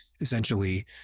essentially